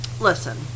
listen